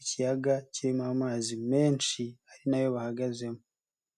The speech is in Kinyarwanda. ikiyaga kirimo amazi menshi ari na yo bahagazemo.